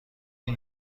این